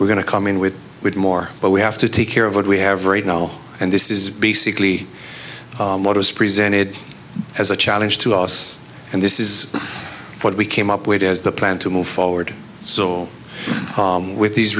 we're going to come in with with more but we have to take care of what we have right now and this is basically what was presented as a challenge to us and this is what we came up with as the plan to move forward so with these